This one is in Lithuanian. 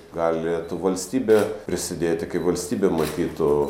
galėtų valstybė prisidėti kai valstybė matytų